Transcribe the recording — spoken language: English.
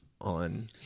on